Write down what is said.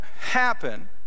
happen